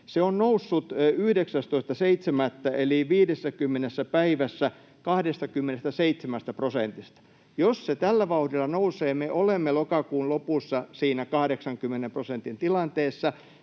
Se on noussut 19.7. alkaen eli 50 päivässä 27 prosentista. Jos se tällä vauhdilla nousee, me olemme lokakuun lopussa siinä 80 prosentin tilanteessa,